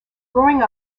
growing